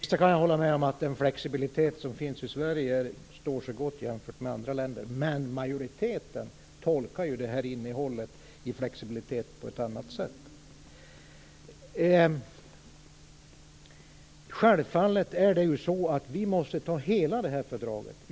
Herr talman! Det sista kan jag hålla med om. Den flexibilitet som finns i Sverige står sig gott jämfört med andra länder. Men majoriteten tolkar ju innehållet i begreppet flexibilitet på ett annat sätt. Självfallet måste vi ta hela det här fördraget.